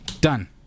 Done